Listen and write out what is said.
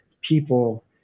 people